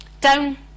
down